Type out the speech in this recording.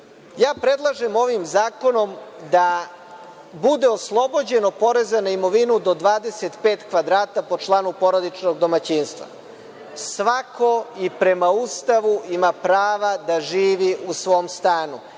stanove. Predlažem ovim zakonom da bude oslobođeno poreza na imovinu do 25m2 po članu porodičnog domaćinstva. Svako i prema Ustavu ima prava da živi u svom stanu